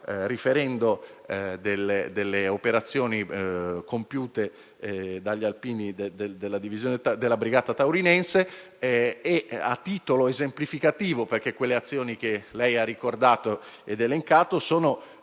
riferendo delle operazioni compiute dagli alpini della Brigata Taurinense a titolo esemplificativo. Infatti, le azioni che lei ha ricordato ed elencato sono